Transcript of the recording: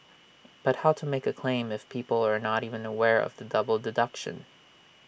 but how to make A claim if people are not even aware of the double deduction